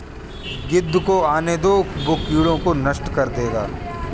गिद्ध को आने दो, वो कीड़ों को नष्ट कर देगा